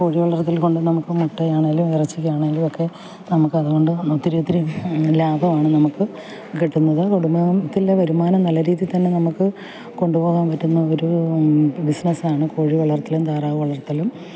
കോഴി വളർത്തൽ കൊണ്ടു നമുക്ക് മുട്ടയാണെങ്കിലും ഇറച്ചിക്കാണെങ്കിലുമൊക്കെ നമുക്ക് അതുകൊണ്ടു ഒത്തിരി ഒത്തിരി ലാഭമാണ് നമുക്ക് കിട്ടുന്നത് കുടുംബത്തിലെ വരുമാനം നല്ല രീതിയിൽ തന്നെ നമുക്ക് കൊണ്ടുപോകാൻ പറ്റുന്ന ഒരു ബിസ്സ്നസ്സാണ് കോഴി വളർത്തലും താറാവു വളർത്തലും